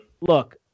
look